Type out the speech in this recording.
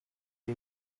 gli